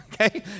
Okay